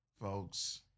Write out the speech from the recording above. Folks